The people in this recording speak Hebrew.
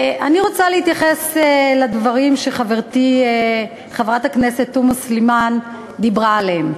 אני רוצה להתייחס לדברים שחברתי חברת הכנסת תומא סלימאן דיברה עליהם,